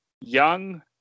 young